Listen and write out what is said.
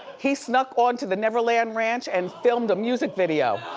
he snuck onto the neverland ranch and filmed a music video.